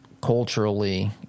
culturally